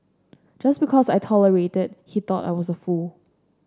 just because I tolerated he thought I was a fool